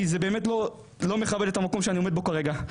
זה באמת לא מכבד את המקום שאני נמצא בו כרגע.